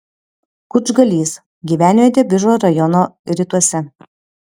kučgalys gyvenvietė biržų rajono rytuose